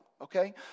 Okay